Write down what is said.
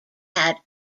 had